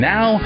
Now